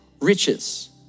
riches